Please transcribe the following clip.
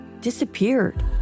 disappeared